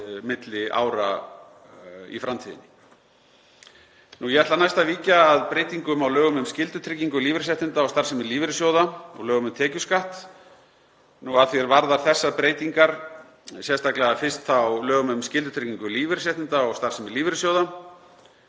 milli ára í framtíðinni. Ég ætla næst að víkja að breytingum á lögum um skyldutryggingu lífeyrisréttinda og starfsemi lífeyrissjóða og lögum um tekjuskatt. Að því er varðar þessar breytingar, sérstaklega fyrst á lögum um skyldutryggingu lífeyrisréttinda og starfsemi lífeyrissjóða,